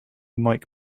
mic